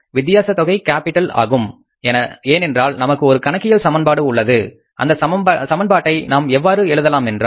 வித்தியாச தொகை கேப்பிட்டல் ஆகும் ஏனென்றால் நமக்கு ஒரு கணக்கியல் சமன்பாடு உள்ளது அந்த சமன்பாட்டை நாம் எவ்வாறு எழுதலாம் என்றால்